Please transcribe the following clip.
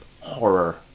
horror